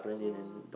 !wow!